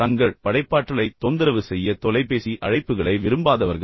தங்கள் படைப்பாற்றலைத் தொந்தரவு செய்ய தொலைபேசி அழைப்புகளை விரும்பாதவர்கள்